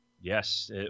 Yes